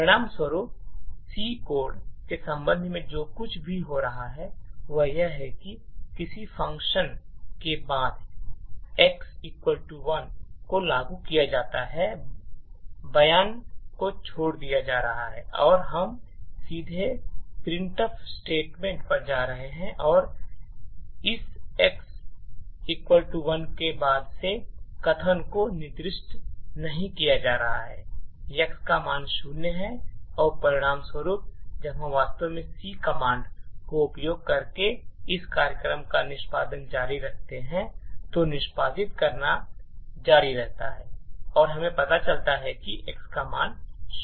परिणामस्वरूप C code के संबंध में जो कुछ भी हो रहा है वह यह है कि किसी फ़ंक्शन के बाद x 1 को लागू किया जाता है बयान को छोड़ दिया जा रहा है और हम सीधे प्रिंटफ स्टेटमेंट पर जा रहे हैं और इस x 1 के बाद से कथन को निष्पादित नहीं किया जा रहा है x का मान शून्य है और परिणामस्वरूप जब हम वास्तव में C कमांड का उपयोग करके इस कार्यक्रम का निष्पादन जारी रखते हैं जो निष्पादित करना जारी रखता है तो हमें पता चलता है कि x का मान शून्य है